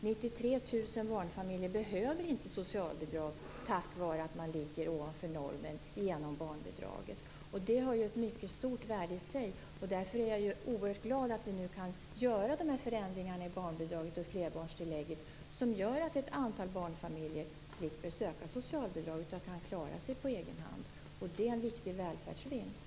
93 000 barnfamiljer behöver inte socialbidrag tack vare att man ligger ovanför normen genom barnbidraget. Det har ett mycket stort värde i sig, och därför är jag nu oerhört glad att vi nu kan göra de här förändringarna i barnbidraget och i flerbarnstillägget. På så sätt slipper ett antal barnfamiljer söka socialbidrag och kan klara sig på egen hand. Och det är en viktig välfärdsvinst.